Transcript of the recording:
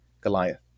Goliath